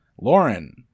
Lauren